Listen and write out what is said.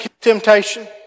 temptation